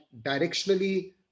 directionally